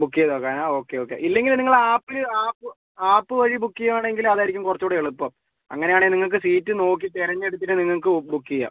book ചെയ്ത് വയ്ക്കാനോ okay okay ഇല്ലെങ്കിൽ നിങ്ങൾ ആപ്പിൽ ആപ്പ് ആപ്പ് വഴി ബുക്ക് ചെയ്യാണെങ്കിൽ അത് ആയിരിക്കും കുറച്ചും കൂടെ എളുപ്പം അത് ആണെങ്കിൽ സീറ്റ് നോക്കി തിരഞ്ഞെടുത്തിട്ട് നിങ്ങൾക്ക് ബുക്ക് ചെയ്യാം